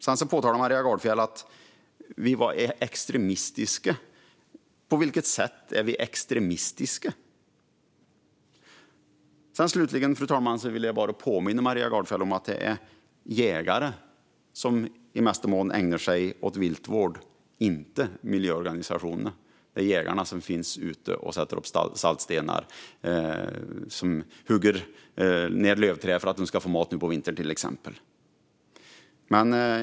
Sedan sa Maria Gardfjell att vi är extremistiska. På vilket sätt är vi extremistiska? Fru talman! Jag vill bara påminna Maria Gardfjell om att det är jägare som i mesta mån ägnar sig åt viltvård, inte miljöorganisationerna. Det är jägarna som är ute och sätter upp saltstenar, hugger ned lövträd så att viltet ska få mat på vintern och så vidare.